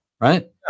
right